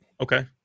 Okay